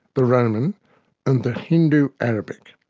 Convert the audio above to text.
the roman and the hindu arabic,